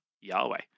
Yahweh